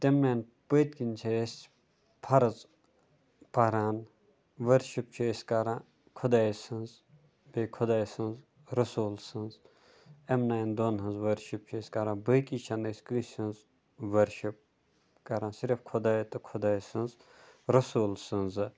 تمنٕے پٔتۍکِن چھِ أسۍ فرض پَران ورشِپ چھِ أسۍ کَران خۄداے سٕنٛز بیٚیہِ خۄداے سٕنٛز رسول سٕنٛز یِمنٕے دۄن ہٕنٛز ورشِپ چھِ أسۍ کَران باقی چھِ نہٕ أسۍ کٲنٛسہِ ہٕنٛز ورشِپ کَران صرف خۄداے تہٕ خۄداے سٕنٛز رسول سٕنٛز